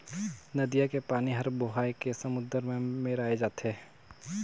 नदिया के पानी हर बोहाए के समुन्दर में मेराय जाथे